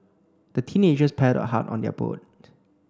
the teenagers paddled hard on their boat